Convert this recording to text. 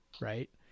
right